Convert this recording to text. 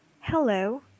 Hello